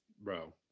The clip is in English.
Bro